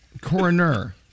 Coroner